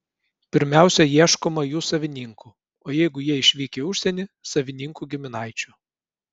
pirmiausia ieškoma jų savininkų o jeigu jie išvykę į užsienį savininkų giminaičių